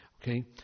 Okay